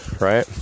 right